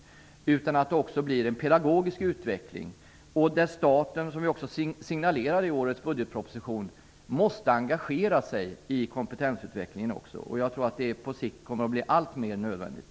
Det måste också ske en pedagogisk utveckling. Som vi också signalerar i årets budgetproposition måste staten engagera sig i kompetensutvecklingen. På sikt kommer det att bli alltmer nödvändigt.